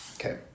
Okay